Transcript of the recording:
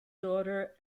daughter